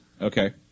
Okay